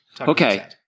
Okay